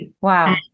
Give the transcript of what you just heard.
Wow